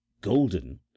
golden